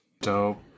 Dope